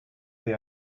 they